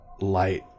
light